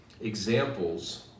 examples